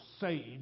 saved